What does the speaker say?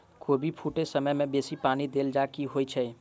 कोबी फूटै समय मे बेसी पानि देला सऽ की होइ छै?